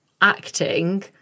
acting